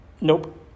Nope